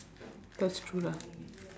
that's true lah